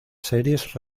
series